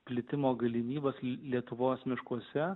plitimo galimybes lietuvos miškuose